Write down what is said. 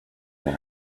they